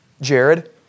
Jared